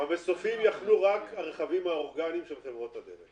במסופים יחנו רק הרכבים האורגניים של חברות הדלק.